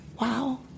wow